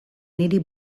niri